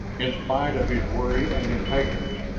in spite of his worry and impatience.